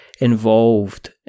involved